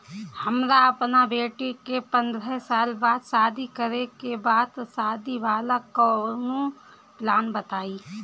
हमरा अपना बेटी के पंद्रह साल बाद शादी करे के बा त शादी वाला कऊनो प्लान बताई?